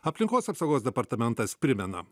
aplinkos apsaugos departamentas primena